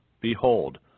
behold